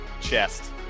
chest